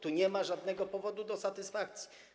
Tu nie ma żadnego powodu do satysfakcji.